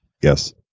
Yes